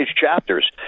chapters